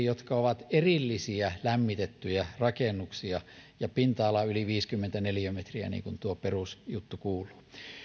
jotka ovat erillisiä lämmitettyjä rakennuksia ja pinta alaltaan yli viisikymmentä neliömetriä niin kuin tuo perusjuttu kuuluu